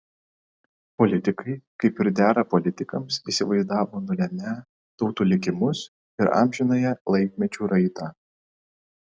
politikai kaip ir dera politikams įsivaizdavo nulemią tautų likimus ir amžinąją laikmečių raidą